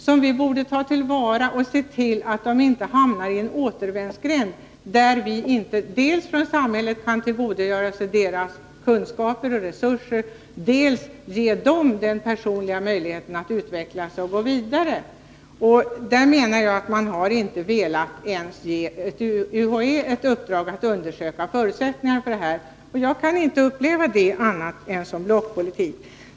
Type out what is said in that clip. Dessa borde vi ta till vara och se till att de inte hamnar i en återvändsgränd, där samhället dels inte kan tillgodogöra sig deras kunskaper och resurser, dels inte kan ge dem den personliga möjligheten att utvecklas och gå vidare. Där menar jag att man inte ens velat ge UHÄ ett uppdrag att undersöka förutsättningarna för detta. Jag kan inte uppleva det som annat än blockpolitik.